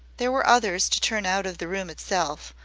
there were others to turn out of the room itself,